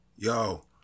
Yo